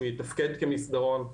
שהוא יתפקד כמסדרון.